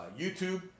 YouTube